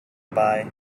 buy